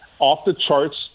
off-the-charts